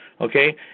Okay